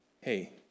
Hey